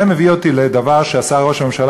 זה מביא אותי לדבר שעשה ראש הממשלה,